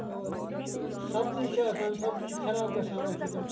اور سَبزی چھےٚ آسان سَبزی چھےٚ خراب گژھان اَمہِ سۭتۍ